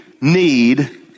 need